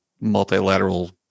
multilateral